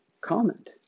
comment